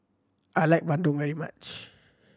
I like bandung very much